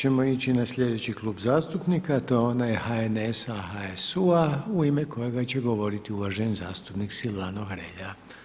Sad ćemo ići na sljedeći klub zastupnika a to je onaj HNS-a, HSU-a u ime kojega će govoriti uvaženi zastupnik Silvano Hrelja.